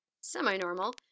semi-normal